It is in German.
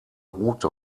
rute